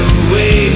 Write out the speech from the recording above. away